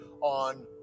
on